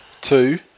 Two